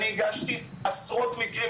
אני הגשתי עשרות מקרים,